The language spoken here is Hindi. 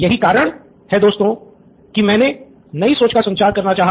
यही कारण है दोस्तों कि मैंने आप मे नयी सोच का संचार करना चाहा